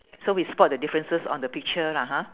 so we spot the differences on the picture lah ha